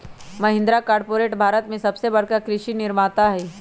Mahindra corporate Bharat के सबसे बड़का कृषि निर्माता हई